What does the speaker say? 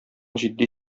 җитди